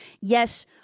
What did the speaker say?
yes